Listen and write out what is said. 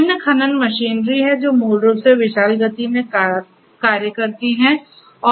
विभिन्न खनन मशीनरी हैं जो मूल रूप से विशाल गति में करती हैं और लगातार काम करती हैं